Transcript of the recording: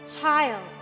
Child